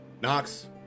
Knox